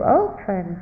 open